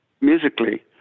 musically